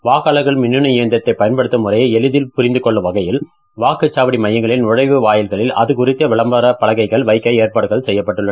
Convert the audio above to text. வாக்காளர்கள் மின்னனு இயந்திரத்தை பயன்படுத்தும் முறையை எளிதில் புரிந்துகொள்ளும் வகையில் வாக்குச்சாவடி மையங்களின் நழைவு வாயில்களில் அதுகுறித்த விளம்பரப்பலகைகள் வைக்க ஏற்பாடுகள் செய்யப்பட்டுள்ள